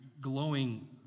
glowing